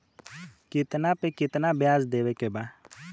कितना पे कितना व्याज देवे के बा?